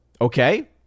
Okay